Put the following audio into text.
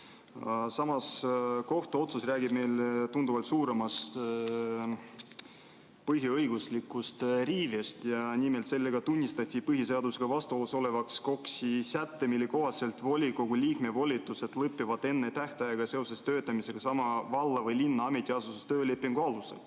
Samas, kohtuotsus räägib meile tunduvalt suuremast põhiõiguslikust riivest. Nimelt, sellega tunnistati põhiseadusega vastuolus olevaks KOKS-i säte, mille kohaselt volikogu liikme volitused lõpevad enne tähtaega seoses töötamisega sama valla või linna ametiasutuses töölepingu alusel.